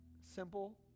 simple